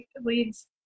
leads